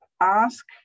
ask